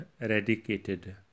eradicated